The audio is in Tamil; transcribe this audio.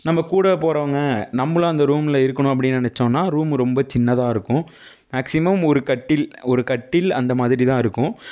நம்ப கூட போறவங்க நம்புளும் அந்த ரூமில் இருக்குனுன்னு நினைச்சோனா ரூமு ரொம்ப சின்னதாகருக்கும் மேக்சிமம் ஒரு கட்டில் கட்டில் அந்த மாதிரிதான் இருக்கும்